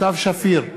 סתיו שפיר,